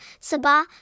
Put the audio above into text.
Sabah